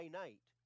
night